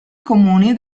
comuni